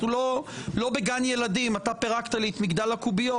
אנחנו לא בגן ילדים אתה פירקת לי את מגדל הקוביות,